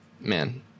man